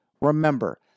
Remember